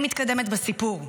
אני מתקדמת בסיפור.